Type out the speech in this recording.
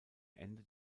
ende